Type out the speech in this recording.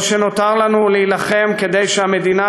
כל מה שנותר לנו הוא להילחם כדי שהמדינה